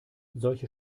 solche